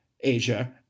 Asia